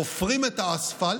חופרים את האספלט,